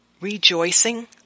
rejoicing